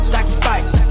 Sacrifice